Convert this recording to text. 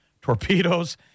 torpedoes